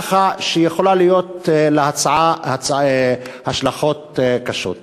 ככה שיכולות להיות להצעה השלכות קשות.